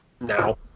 Now